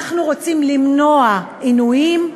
אנחנו רוצים למנוע עינויים,